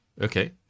okay